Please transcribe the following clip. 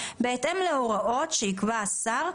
בהתאם להוראות שיקבע השר,